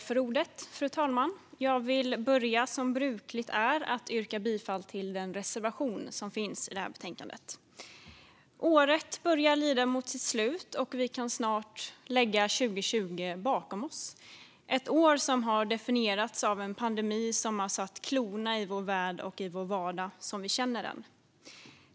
Fru talman! Jag vill, som brukligt är, börja med att yrka bifall till den reservation som finns i betänkandet. Året börjar lida mot sitt slut, och vi kan snart lägga 2020 bakom oss. Det har varit ett år som definierats av en pandemi som har satt klorna i vår värld och i vår vardag som vi känner den.